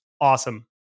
awesome